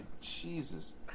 Jesus